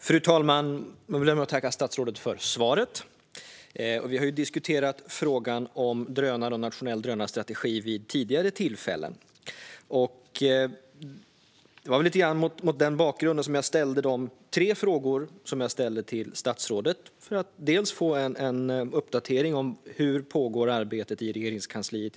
Fru talman! Jag vill börja med att tacka statsrådet för svaret. Vi har diskuterat frågan om drönare och en nationell drönarstrategi vid tidigare tillfällen. Det var väl lite grann mot den bakgrunden som jag ställde de tre frågor som jag ställde till statsrådet. Jag ville få en uppdatering om hur arbetet pågår i Regeringskansliet.